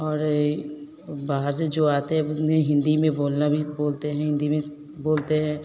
और यह बाहर से जो आते हैं उन्हें हिन्दी में बोलना भी बोलते हैं हिन्दी में बोलते हैं